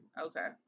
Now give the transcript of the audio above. Okay